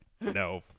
No